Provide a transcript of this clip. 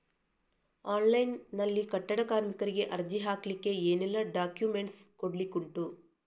Online ನಲ್ಲಿ ಕಟ್ಟಡ ಕಾರ್ಮಿಕರಿಗೆ ಅರ್ಜಿ ಹಾಕ್ಲಿಕ್ಕೆ ಏನೆಲ್ಲಾ ಡಾಕ್ಯುಮೆಂಟ್ಸ್ ಕೊಡ್ಲಿಕುಂಟು?